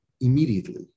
immediately